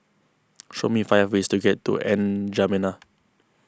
show me five ways to get to N'Djamena